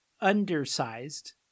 undersized